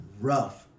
rough